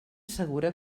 segura